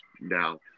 now